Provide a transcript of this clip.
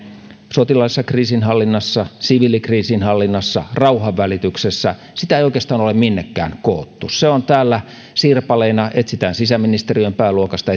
sotilaallisessa kriisinhallinnassa siviilikriisinhallinnassa rauhanvälityksessä ei oikeastaan ole minnekään koottu se on täällä sirpaleina etsitään sisäministeriön pääluokasta